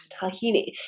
tahini